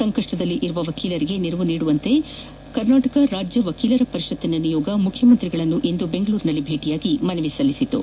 ಸಂಕಷ್ಷದಲ್ಲಿರುವ ವಕೀಲರಿಗೆ ನೆರವು ನೀಡುವಂತೆ ಕರ್ನಾಟಕ ರಾಜ್ಯ ವಕೀಲರ ಪರಿಷತ್ತಿನ ನಿಯೋಗವು ಮುಖ್ಯಮಂತ್ರಿಯವರನ್ನು ಇಂದು ಬೆಂಗಳೂರಿನಲ್ಲಿ ಭೇಟಿ ಮಾಡಿ ಮನವಿ ಸಲ್ಲಿಸಿತು